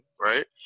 right